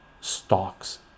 stocks